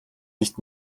nicht